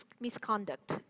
misconduct